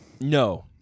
No